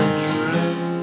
dream